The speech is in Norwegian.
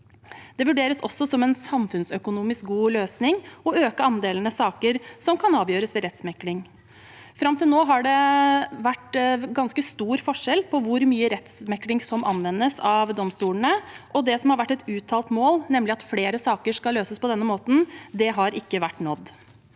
Det vurderes også som en samfunnsøkonomisk god løsning å øke andelen saker som kan avgjøres ved rettsmekling. Fram til nå har det vært ganske stor forskjell på hvor mye rettsmekling som anvendes av domstolene, og det som har vært et uttalt mål, nemlig at flere saker skal løses på denne måten, har ikke vært nådd.